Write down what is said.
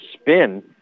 spin